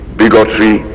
bigotry